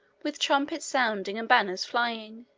with trumpets sounding and banners flying.